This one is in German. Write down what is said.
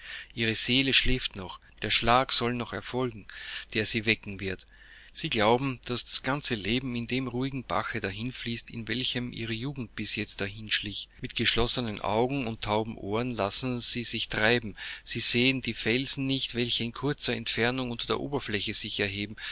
ihre seele schläft noch der schlag soll noch erfolgen der sie wecken wird sie glauben daß das ganze leben in dem ruhigen bache dahinfließt in welchem ihre jugend bis jetzt dahinschlich mit geschlossenen augen und tauben ohren lassen sie sich treiben sie sehen die felsen nicht welche in kurzer entfernung unter der oberfläche sich erheben